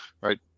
Right